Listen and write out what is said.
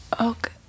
Okay